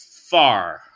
far